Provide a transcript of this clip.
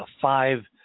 five